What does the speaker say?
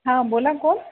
हा बोला कोण